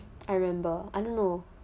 I remember I don't know